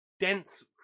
dense